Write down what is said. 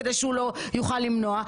כדי שהוא לא יוכל למנוע.